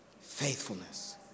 faithfulness